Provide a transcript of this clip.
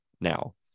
now